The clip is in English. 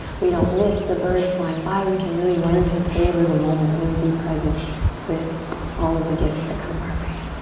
we don't miss the birds flying by. we can really learn to savor the moment, really be present with all of the gifts that come our way.